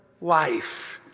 life